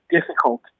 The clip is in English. difficult